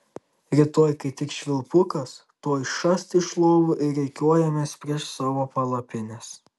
rytoj kai tik švilpukas tuoj šast iš lovų ir rikiuojamės prieš savo palapines